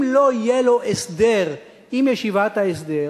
אם לא יהיה לו הסדר עם ישיבת ההסדר